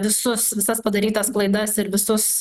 visus visas padarytas klaidas ir visus